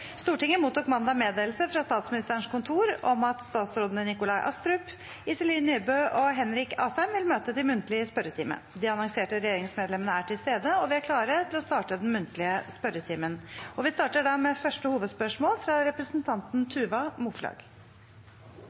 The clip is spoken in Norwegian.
Stortinget mottok mandag meddelelse fra Statsministerens kontor om at statsrådene Nikolai Astrup, Iselin Nybø og Henrik Asheim vil møte til muntlig spørretime. De annonserte regjeringsmedlemmene er til stede, og vi er klare til å starte den muntlige spørretimen. Vi starter med første hovedspørsmål, fra representanten Tuva Moflag.